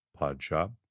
Podshop